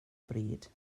bryd